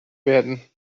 werden